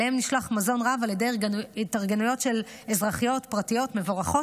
שאליהם נשלח מזון רב על ידי התארגנויות אזרחיות פרטיות מבורכות,